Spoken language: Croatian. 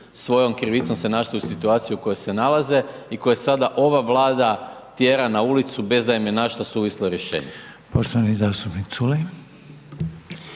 svojom krivicom se našli u situaciji u kojoj se nalaze i koje sada ova Vlada tjera na ulicu bez da im je našla suvislo rješenje.